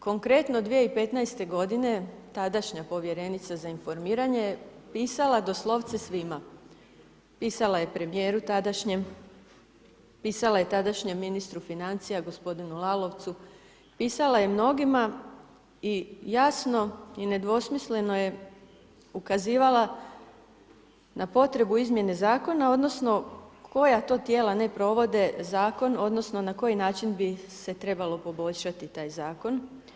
Konkretno 2015. godine tadašnja povjerenica za informiranje je pisala doslovce svima, pisala je premijeru tadašnjem, pisala je tadašnjem ministru financija gospodinu Lalovcu, pisala je mnogima i jasno i nedvosmisleno je ukazivala na potrebu izmjene zakona odnosno koja to tijela ne provode zakon odnosno na koji način bi se trebalo poboljšati taj zakon.